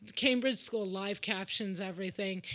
cambridge school live-captions everything.